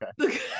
Okay